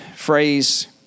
phrase